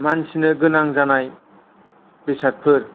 मानसिनो गोनां जानाय बेसादफोर